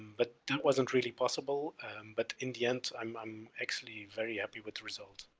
but that wasn't really possible but in the end i'm i'm actually very happy with the result.